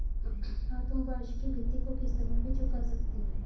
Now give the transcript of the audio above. हाँ, तुम वार्षिकी भृति को किश्तों में भी चुका सकते हो